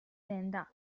tenda